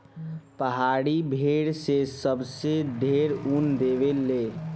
पहाड़ी भेड़ से सबसे ढेर ऊन देवे ले